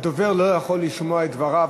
הדובר לא יכול לשמוע את דבריו,